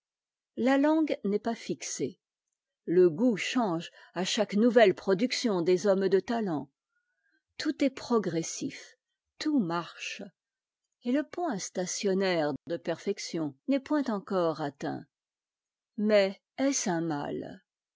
la langue n'est pas fixée le goût change à chaque nouvelle production des hommes de talent tout est progressif tout marche et le point stationnaire de perfection n'est point encore atteint mais est ce un mal